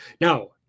Now